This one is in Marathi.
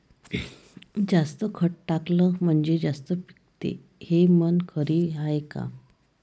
जास्त खत टाकलं म्हनजे जास्त पिकते हे म्हन खरी हाये का?